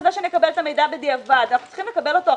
בהמשך לדבריה, הטחת, גפני --- מיקי, סליחה.